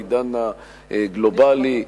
העידן הגלובלי,